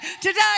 today